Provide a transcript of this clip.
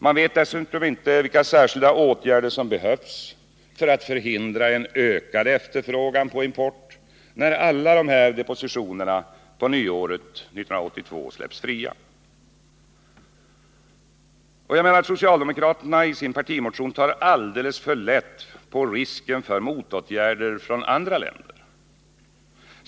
Man vet dessutom inte vilka särskilda åtgärder som behövs för att hindra en ökad efterfrågan på import, när alla depositioner på nyåret 1982 släpps fria. Jag menar att socialdemokraterna i sin partimotion tar alldeles för lätt på risken för motåtgärder från andra länders sida.